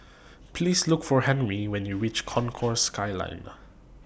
Please Look For Henry when YOU REACH Concourse Skyline